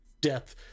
death